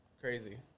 crazy